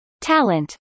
Talent